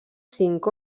cinc